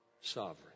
sovereign